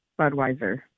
Budweiser